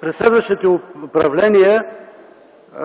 През следващите управления